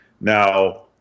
Now